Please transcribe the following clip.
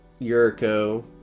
Yuriko